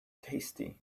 tasty